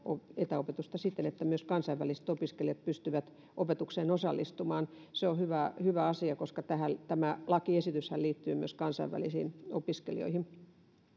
etäopetusta siten että myös kansainväliset opiskelijat pystyvät opetukseen osallistumaan se on hyvä hyvä asia koska tämä lakiesityshän liittyy myös kansainvälisiin opiskelijoihin